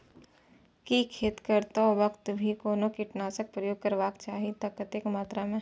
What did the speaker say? की खेत करैतो वक्त भी कोनो कीटनासक प्रयोग करबाक चाही त कतेक मात्रा में?